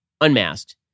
unmasked